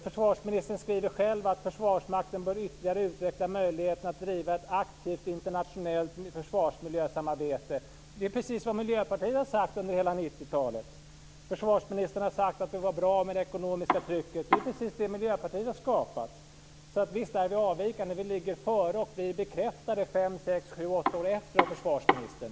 Försvarsministern skriver själv att Försvarsmakten ytterligare bör utveckla möjligheterna att driva ett aktivt internationellt försvarsmiljösamarbete. Det är precis vad Miljöpartiet har sagt under hela 90-talet. Försvarsministern har sagt att det ekonomiska trycket var bra. Det är precis det Miljöpartiet har skapat. Så visst är vi avvikande. Vi ligger före och blir bekräftade fem, sex, sju eller åtta år senare av försvarsministern.